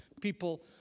people